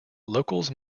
locals